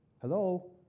hello